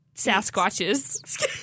sasquatches